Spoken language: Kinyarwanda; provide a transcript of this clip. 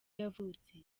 yavutse